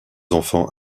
enfants